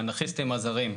האנרכיסטים הזרים.